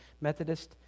Methodist